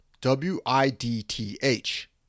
W-I-D-T-H